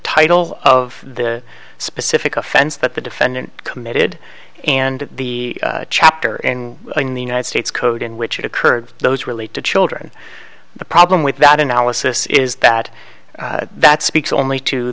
title of the specific offense that the defendant committed and the chapter in the united states code in which it occurred those relate to children the problem with that analysis is that that speaks only to